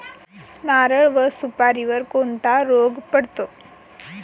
नारळ व सुपारीवर कोणता रोग पडतो?